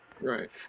right